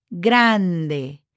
grande